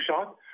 shot